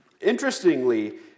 Interestingly